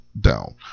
down